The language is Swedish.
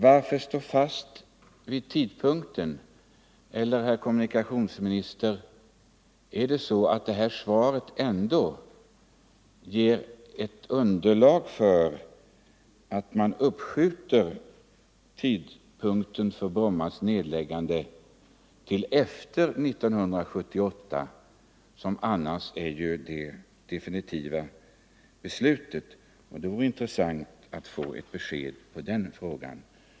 Varför stå fast vid tidpunkten? Eller ger svaret ändå underlag för att uppskjuta Brommas nedläggande till efter 1978? Det vore intressant att få ett besked på den punkten.